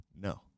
No